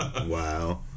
Wow